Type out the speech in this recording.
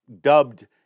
dubbed